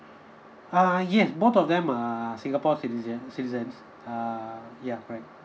uh yes both of them are singapore citizens citizens uh yeah correct